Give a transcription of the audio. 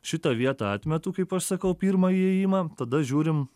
šitą vietą atmetu kaip aš sakau pirmą įėjimą tada žiūrim